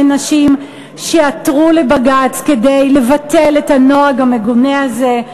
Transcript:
נשים שעתרו לבג"ץ כדי לבטל את הנוהג המגונה הזה.